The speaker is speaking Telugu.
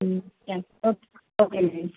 okay okay madam